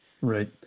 Right